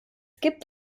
gibt